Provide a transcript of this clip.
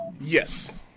Yes